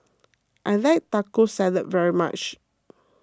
I like Taco Salad very much